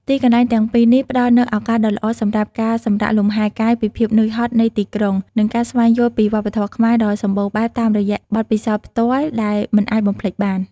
ទីកន្លែងទាំងពីរនេះផ្តល់នូវឱកាសដ៏ល្អសម្រាប់ការសម្រាកលំហែកាយពីភាពនឿយហត់នៃទីក្រុង និងការស្វែងយល់ពីវប្បធម៌ខ្មែរដ៏សម្បូរបែបតាមរយៈបទពិសោធន៍ផ្ទាល់ដែលមិនអាចបំភ្លេចបាន។